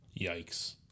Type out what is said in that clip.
Yikes